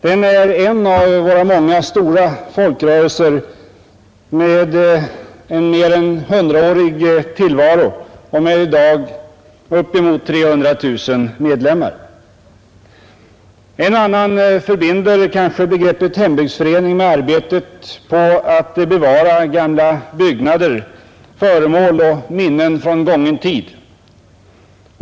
Den är en av våra många stora folkrörelser med en mer än hundraårig tillvaro och med i dag upp emot 300 000 medlemmar. En och annan kanske förbinder begreppet hembygdsförening med arbetet på att bevara gamla byggnader, föremål och minnen från gången tid.